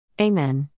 Amen